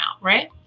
right